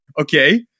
okay